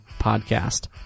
Podcast